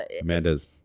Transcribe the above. Amanda's